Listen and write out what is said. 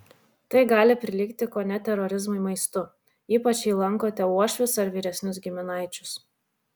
tai gali prilygti kone terorizmui maistu ypač jei lankote uošvius ar vyresnius giminaičius